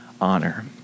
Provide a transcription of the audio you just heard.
honor